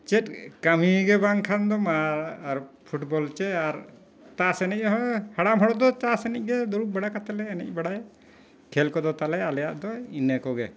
ᱪᱮᱫ ᱠᱟᱹᱢᱤ ᱜᱮ ᱵᱟᱝᱠᱷᱟᱱ ᱫᱚ ᱢᱟ ᱟᱨ ᱯᱷᱩᱴᱵᱚᱞ ᱪᱮᱫ ᱟᱨ ᱛᱟᱥ ᱮᱱᱮᱡ ᱦᱚᱸ ᱦᱟᱲᱟᱢ ᱦᱚᱲ ᱫᱚ ᱛᱟᱥ ᱮᱱᱮᱡ ᱜᱮ ᱫᱩᱲᱩᱵ ᱵᱟᱲᱟ ᱠᱟᱛᱮᱫᱞᱮ ᱮᱱᱮᱡ ᱵᱟᱲᱟᱭ ᱠᱷᱮᱞ ᱠᱚᱫᱚ ᱛᱟᱞᱮ ᱟᱞᱮᱭᱟᱜ ᱫᱚ ᱤᱱᱟᱹ ᱠᱚᱜᱮ